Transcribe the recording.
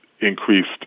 increased